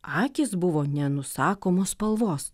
akys buvo nenusakomos spalvos